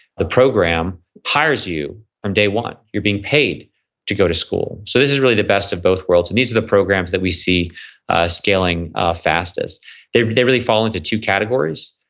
the program hires you from day one. you're being paid to go to school. so this is really the best of both worlds and these are the programs that we see scaling fastest they they really fall into two categories.